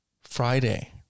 Friday